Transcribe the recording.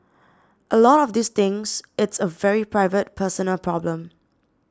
a lot of these things it's a very private personal problem